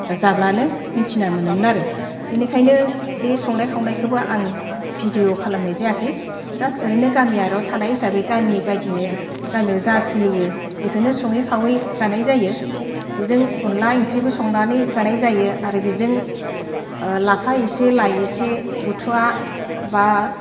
जाब्लानो मिथिना मोनोमोन आरो बिनिखायनो बे संनाय खावनायखोबो आं भिडिय' खालामनाय जायाखै जास्ट ओरैनो गामियारिआव थानाय हिसाबै गामिनि बायदिनो गामियाव जा सोलियो बेखोनो सङै खावै जानाय जायो बेजों अनद्ला ओंख्रिबो संनानै जानाय जायो आरो बेजों लाफा एसे लाइ एसे बुथुवा बा